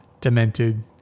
demented